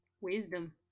Wisdom